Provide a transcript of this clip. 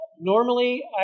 normally